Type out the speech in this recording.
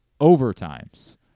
overtimes